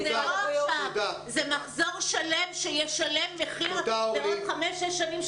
זה מחזור שלם שישלם מחיר בעוד חמש-שש שנים.